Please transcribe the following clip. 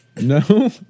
No